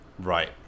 Right